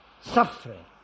suffering